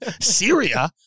Syria